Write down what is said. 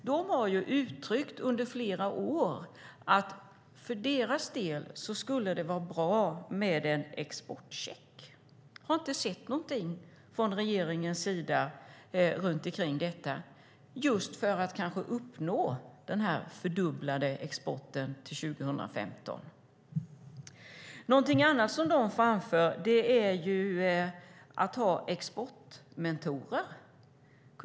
De har under flera år uttryckt att det för deras del skulle vara bra med en exportcheck, för att kanske uppnå den fördubblade exporten till 2015. Jag har inte sett någonting kring detta från regeringens sida. Någonting annat som de framför är att man skulle kunna ha exportmentorer.